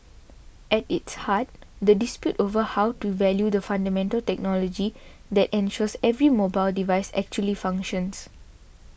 at its heart the dispute over how to value the fundamental technology that ensures every mobile device actually functions